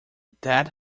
that